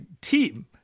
team